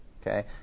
Okay